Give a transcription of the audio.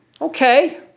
Okay